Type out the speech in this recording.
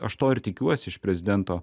aš to ir tikiuosi iš prezidento